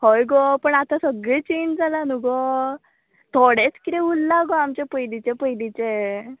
हय गो पण आतां सगळें चेंज जालां न्हू गो थोडेच कितें उरल्लां गो आमचें पयलींचें पयलीचें